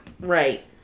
Right